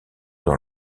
dans